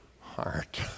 heart